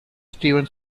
steven